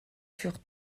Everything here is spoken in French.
furent